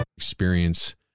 experience